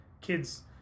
kids